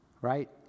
right